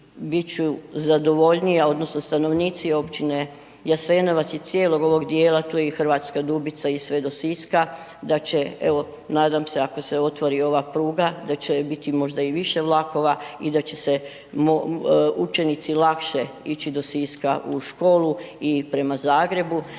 ću zadovoljnija odnosno stanovnici općine Jasenovac i cijelog ovog dijela, tu je i Hrvatska Dubica i sve do Siska da će evo nadam se ako se otvori ova pruga da će biti možda i više vlakova i da će se učenici lakše ići do Siska u školu i prema Zagrebu